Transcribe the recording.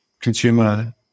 consumer